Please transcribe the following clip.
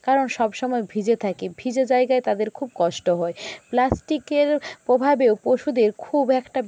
কারণ সবসময় ভিজে থাকে ভিজে জায়গায় তাদের খুব কষ্ট হয় প্লাস্টিকের প্রভাবেও পশুদের খুব একটা